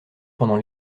pendant